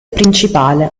principale